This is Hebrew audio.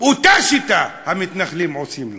אותה שיטה המתנחלים עושים לו.